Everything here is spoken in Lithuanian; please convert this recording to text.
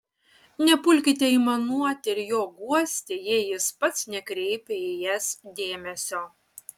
nepulkite aimanuoti ir jo guosti jei jis pats nekreipia į jas dėmesio